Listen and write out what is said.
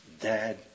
Dad